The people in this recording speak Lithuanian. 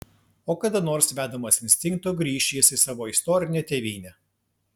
o kada nors vedamas instinkto grįš jis į savo istorinę tėvynę